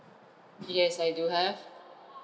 yes I do have